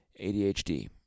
ADHD